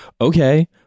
okay